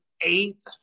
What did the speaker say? eight